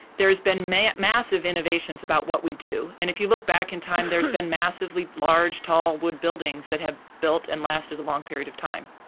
there has been ah massive innovations about what we do. and if you look back in time, there's been massively large, tall wood buildings that have built and lasted a long period of time.